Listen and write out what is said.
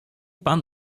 pan